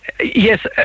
Yes